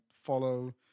follow